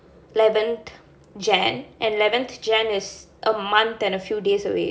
eleventh january and eleventh january is a month and a few days away